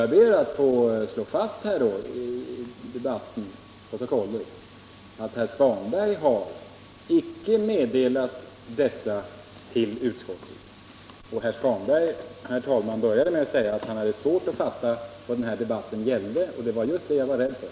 Jag ber då att i protokollet få slå fast att herr Svanberg icke har meddelat detta till utskottet. Herr Svanberg började sitt inlägg, herr talman, med att säga att han hade svårt att fatta vad den här debatten gällde — och det var just det jag var rädd för!